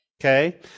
okay